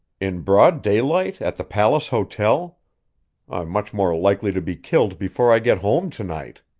in broad daylight, at the palace hotel? i'm much more likely to be killed before i get home to-night.